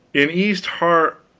in east har